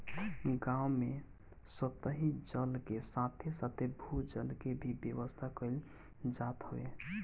गांव में सतही जल के साथे साथे भू जल के भी व्यवस्था कईल जात हवे